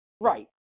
Right